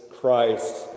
Christ